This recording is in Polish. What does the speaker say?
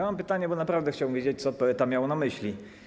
Mam pytanie, bo naprawdę chciałbym wiedzieć, co poeta miał na myśli.